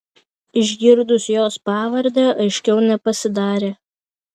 išgirdus jos pavardę aiškiau nepasidarė